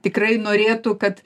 tikrai norėtų kad